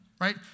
right